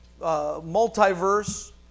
multiverse